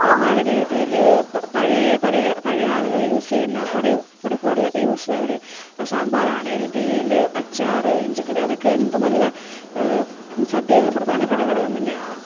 നാടൻ രീതിയില് പഴയ പഴയ പഴയ ആളുകള് യൂസ് ചെയ്യുന്ന പൊടി പൊടിക്കൂട്ടുകളൊക്കെ യൂസ് അവര് അത് സമ്പാറാണെങ്കിലും തീയല് അച്ചാറ് ഇഞ്ചിക്കറി അതൊക്കെ എന്ത് നല്ല സദ്യകളിൽ പ്രധാനപ്പെട്ട ഘടകം തന്നെയാണ്